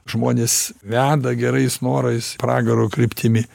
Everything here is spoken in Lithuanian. žmones veda gerais norais pragaro kryptimi